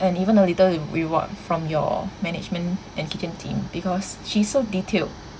and even a little re~ reward from your management and kitchen team because she's so detailed